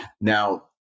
Now